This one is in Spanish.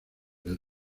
del